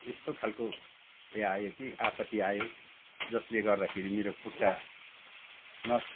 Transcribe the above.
यस्तो खालको उयो आयो कि आपत्ति आयो जसले गर्दाखेरि मेरो खुट्टा